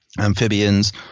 amphibians